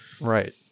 Right